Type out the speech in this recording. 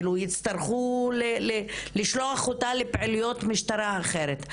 יצטרכו לשלוח אותה לפעילויות משטרה אחרת.